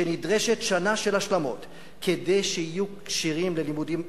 שנדרשת שנה של השלמות כדי שיהיו כשירים ללימודים גבוהים.